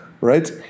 Right